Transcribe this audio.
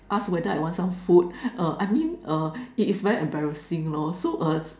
ask whether I want some food uh I mean uh it is very embarrassing lor so as